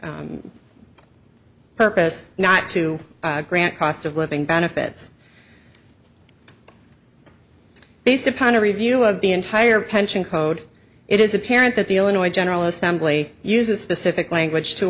clear purpose not to grant cost of living benefits based upon a review of the entire pension code it is apparent that the illinois general assembly uses specific language to